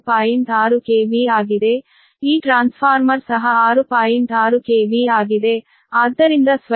6 KV ಆಗಿದೆ ಈ transformer ಸಹ 6